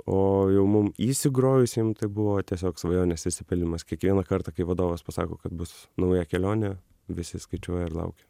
o jau mum įsigrojusiem tai buvo tiesiog svajonės išsipildymas kiekvieną kartą kai vadovas pasako kad bus nauja kelionė visi skaičiuoja ir laukia